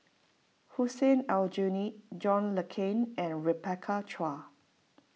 Hussein Aljunied John Le Cain and Rebecca Chua